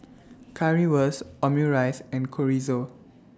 Currywurst Omurice and Chorizo